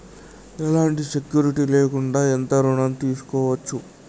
ఎలాంటి సెక్యూరిటీ లేకుండా ఎంత ఋణం తీసుకోవచ్చు?